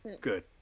good